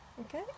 Okay